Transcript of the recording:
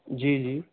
جی جی